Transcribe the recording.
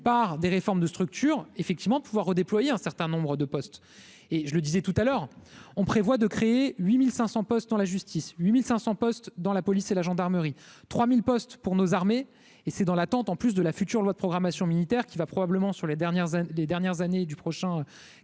par des réformes de structure effectivement pouvoir redéployer un certain nombre de postes et je le disais tout à l'heure, on prévoit de créer 8500 postes dans la justice 8500 postes dans la police et la gendarmerie, 3000 postes pour nos armées et c'est dans l'attente, en plus de la future loi de programmation militaire qui va probablement sur les dernières années, les